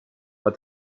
but